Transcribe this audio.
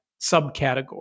subcategory